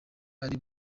ari